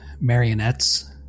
marionettes